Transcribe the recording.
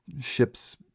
ship's